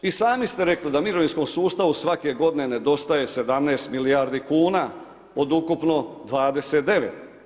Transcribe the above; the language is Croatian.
I sami ste rekli da mirovinskom sustavu svake godine nedostaje 17 milijardi kuna od ukupno 29.